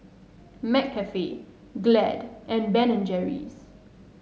McCafe Glade and Ben and Jerry's